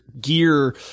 gear